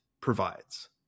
provides